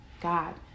God